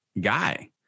guy